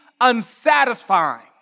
unsatisfying